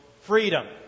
freedom